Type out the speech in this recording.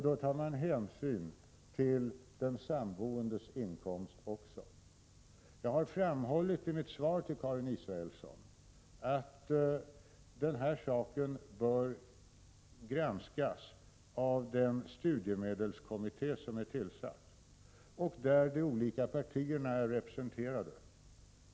Då tar man hänsyn även till den samboendes inkomst. Jag har framhållit i mitt svar till Karin Israelsson att detta bör granskas av den studiemedelskommitté som är tillsatt, där de olika partierna är representerade.